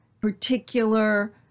particular